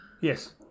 Yes